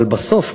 אבל בסוף,